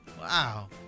Wow